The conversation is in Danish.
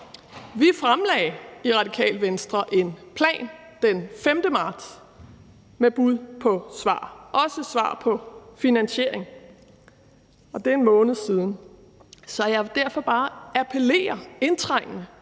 Vi fremlagde i Radikale Venstre en plan den 5. marts med bud på svar – også svar på finansiering. Og det er en måned siden. Så jeg vil derfor bare appellere indtrængende